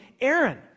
Aaron